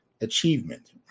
achievement